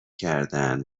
کردن